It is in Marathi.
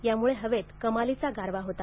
त्यामुळे हवेत कमालीचा गारवा होता